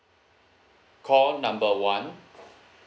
call number one